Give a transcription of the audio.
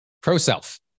pro-self